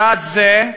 צעד זה,